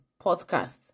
podcast